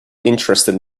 interested